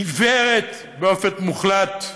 עיוורת באופן מוחלט לצבעים,